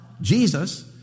Jesus